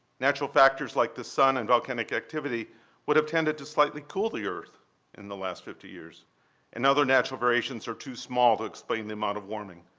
natural factors like the sun and volcanic activity would have tended to slightly cool the earth in the last fifty years and other natural variations are too small to explain the amount of warming.